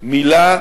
על